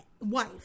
wife